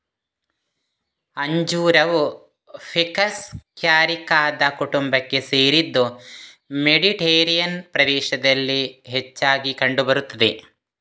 ಅಂಜೂರವು ficus ಕ್ಯಾರಿಕಾದ ಕುಟುಂಬಕ್ಕೆ ಸೇರಿದ್ದು ಮೆಡಿಟೇರಿಯನ್ ಪ್ರದೇಶದಲ್ಲಿ ಹೆಚ್ಚಾಗಿ ಕಂಡು ಬರುತ್ತದೆ